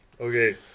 Okay